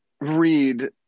read